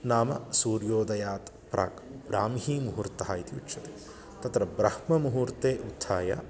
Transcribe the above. नाम सूर्योदयात् प्राक् ब्राह्ममुहूर्तः इति उच्यते तत्र ब्राह्ममुहूर्ते उत्थाय